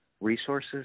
resources